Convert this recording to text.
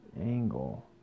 angle